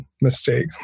mistake